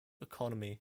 economy